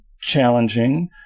challenging